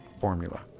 formula